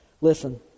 Listen